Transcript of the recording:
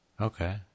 Okay